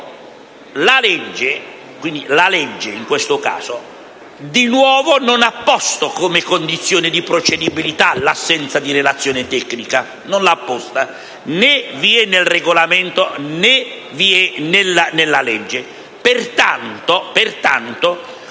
la legge, in questo caso, di nuovo non ha posto come condizione di procedibilità l'assenza di relazione tecnica: non vi è nel Regolamento, né vi è nella legge.